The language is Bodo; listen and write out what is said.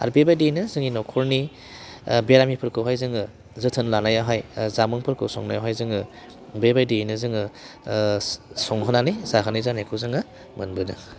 आरो बेबायदियैनो जोंनि न'खरनि बेरामिफोरखौहाय जोङो जोथोन लानायावहाय जामुंफोरखौ संनायावहाय जोङो बेबायदियैनो जोङो संहोनानै जाहोनाय जानायखौ जोङो मोनबोदों